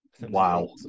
wow